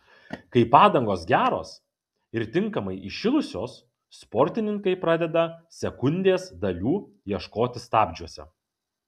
kai padangos geros ir tinkamai įšilusios sportininkai pradeda sekundės dalių ieškoti stabdžiuose